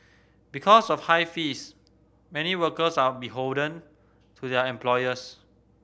because of high fees many workers are beholden to their employers